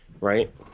Right